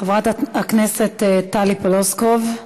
חברת הכנסת טלי פלוסקוב,